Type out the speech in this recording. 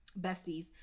besties